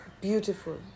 Beautiful